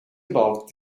about